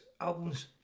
albums